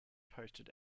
posted